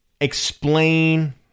explain